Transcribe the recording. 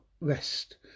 Rest